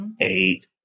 eight